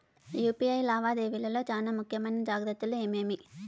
UPI లావాదేవీల లో చానా ముఖ్యమైన జాగ్రత్తలు ఏమేమి?